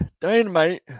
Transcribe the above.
Dynamite